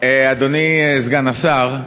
אדוני סגן השר,